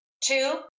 Two